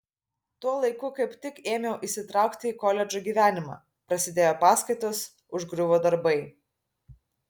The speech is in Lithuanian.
tuo laiku kaip tik ėmiau įsitraukti į koledžo gyvenimą prasidėjo paskaitos užgriuvo darbai